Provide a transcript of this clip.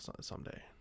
someday